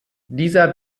dieser